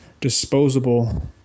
disposable